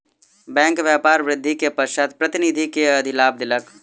bank व्यापार वृद्धि के पश्चात प्रतिनिधि के अधिलाभ देलक